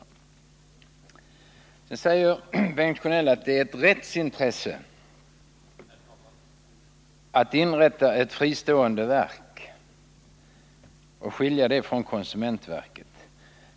Bengt Sjönell sade också att det är ett rättsintresse att inrätta ett fristående verk och skilja detta från konsumentverket.